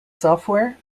software